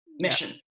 mission